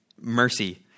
mercy